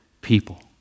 people